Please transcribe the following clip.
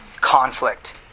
conflict